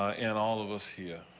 and all of us here.